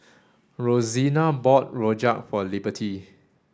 Rosina bought Rojak for Liberty